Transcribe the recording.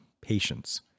patience